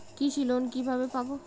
কৃষি লোন কিভাবে পাব?